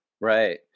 Right